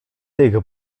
tych